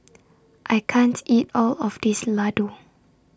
I can't eat All of This Ladoo